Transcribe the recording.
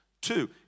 Two